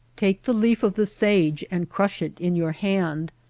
take the leaf of the sage and crush it in your hand.